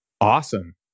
Awesome